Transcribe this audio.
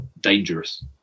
dangerous